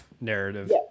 narrative